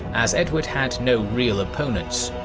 as edward had no real opponents.